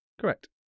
Correct